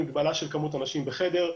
מגבלה של כמות אנשים בחדר,